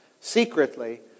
secretly